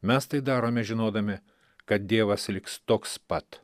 mes tai darome žinodami kad dievas liks toks pat